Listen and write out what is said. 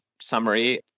summary